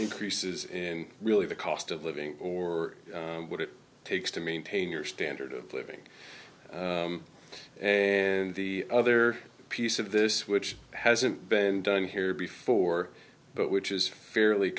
increases in really the cost of living or what it takes to maintain your standard of living and the other piece of this which hasn't been done here before but which is fairly